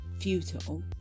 futile